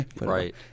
right